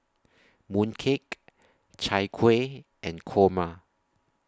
Mooncake Chai Kueh and Kurma